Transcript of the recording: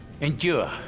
Endure